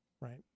right